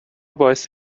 باعث